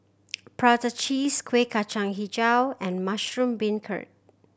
prata cheese Kueh Kacang Hijau and mushroom beancurd